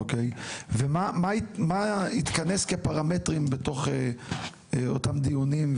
אוקי ומה התכנס כפרמטרים בתוך אותם דיונים,